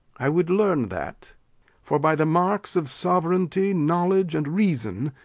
i would learn that for, by the marks of sovereignty, knowledge, and reason,